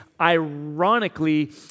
ironically